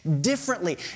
differently